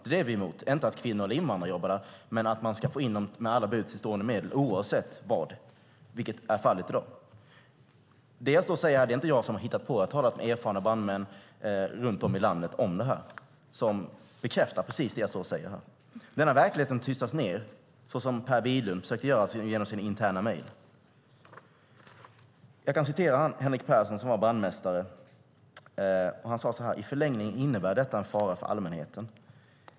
Det är vi emot, inte att kvinnor och invandrare jobbar där, men att man ska få in dem med alla till buds stående medel, vilket är fallet i dag. Det jag säger här är inte något som jag har hittat på. Jag har talat med erfarna brandmän runt om i landet om det här. De bekräftar precis det jag står här och säger. Denna verklighet tystas ned, så som Per Widlundh försökte göra genom sin interna mejl. Jag kan citera brandmästare Henrik Persson: "I förlängningen innebär detta en fara för allmänheten.